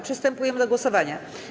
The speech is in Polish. Przystępujemy do głosowania.